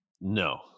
no